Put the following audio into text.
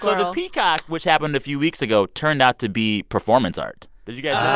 so the peacock, which happened a few weeks ago, turned out to be performance art. did you guys. yeah